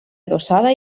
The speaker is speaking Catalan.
adossada